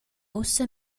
ussa